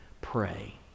pray